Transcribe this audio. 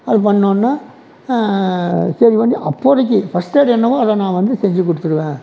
அது பண்ணோம்னா சரி வந்து அப்போதைக்கு ஃபஸ்ட்எய்ட் என்னவோ அதை நான் வந்து செஞ்சுக் கொடுத்துடுவேன்